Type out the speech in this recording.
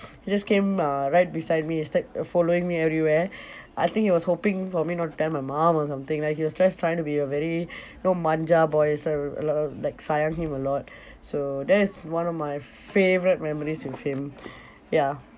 he just came uh right beside me he's like following me everywhere I think he was hoping for me not to tell my mum or something like he was just trying to be a very you know manja boy it's like like sayang him a lot so that is one of my favourite memories with him ya